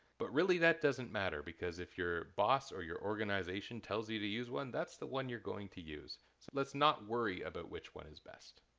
but really that doesn't matter, because if your boss or your organization tells you to use one, that's the one you're going to use. so let's not worry about which one is best.